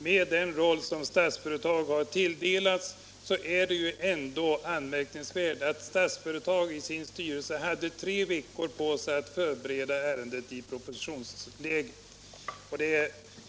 Med den roll som Statsföretag har tilldelats är det ju ändå anmärkningsvärt att företagets styrelse hade tre veckor på sig att förbereda ärendet i propositionsledet.